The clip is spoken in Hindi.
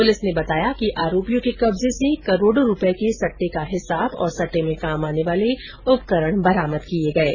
पुलिस ने बताया कि आरोपियों के कब्जे से करोडो के सहे का हिसाब और सटटे में काम आने वाले उपकरण बरामद किये गये है